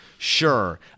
Sure